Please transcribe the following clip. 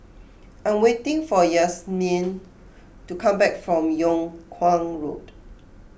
I am waiting for Yasmeen to come back from Yung Kuang Road